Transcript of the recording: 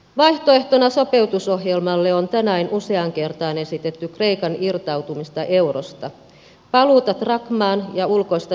vaihtoehtona sopeutusohjel malle on tänään useaan kertaan esitetty kreikan irtautumista eurosta paluuta drakmaan ja ulkoista devalvaatiota